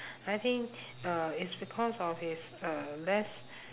I think uh it's because of its uh less